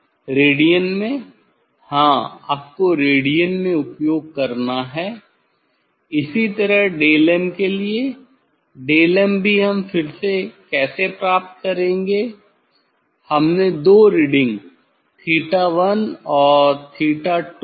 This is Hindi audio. रेडियन में हाँ आपको रेडियन में उपयोग करना है इसी तरह 𝛅m के लिए 𝛅m भी हम फिर से कैसे प्राप्त करेंगे हमने दो रीडिंग '𝛉1' और '𝛉2' ली थी